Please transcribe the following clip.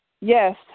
yes